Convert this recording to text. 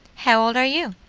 how old are you?